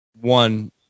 One